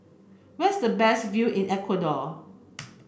where is the best view in Ecuador